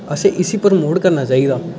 असें इसी प्रमोट करना चाहिदा